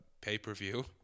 pay-per-view